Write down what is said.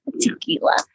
Tequila